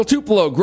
Tupelo